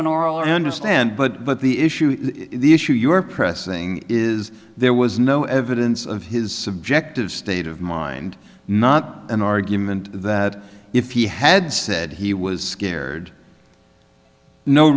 an oral understand but but the issue the issue you're pressing is there was no evidence of his subjective state of mind not an argument that if he had said he was scared no